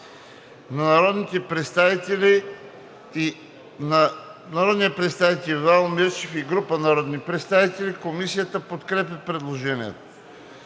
на народния представител Ивайло Мирчев и група народни представители. Комисията подкрепя предложението.